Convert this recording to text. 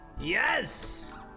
Yes